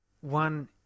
one